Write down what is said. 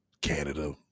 Canada